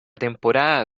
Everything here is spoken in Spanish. temporada